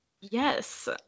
yes